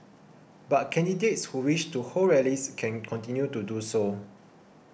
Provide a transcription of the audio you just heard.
but candidates who wish to hold rallies can continue to do so